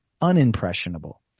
unimpressionable